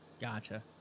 Gotcha